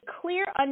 clear